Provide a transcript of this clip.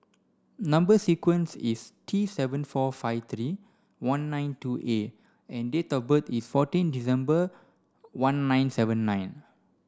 number sequence is T seven four five three one nine two A and date of birth is fourteen December one nine seven nine